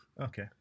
Okay